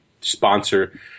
sponsor